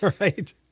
right